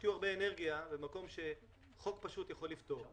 תשקיעו הרבה אנרגיה במקום שחוק פשוט יכול לפתור.